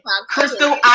Crystal